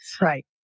Right